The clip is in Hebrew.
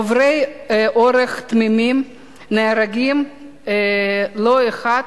עוברי אורח תמימים נהרגים לא אחת,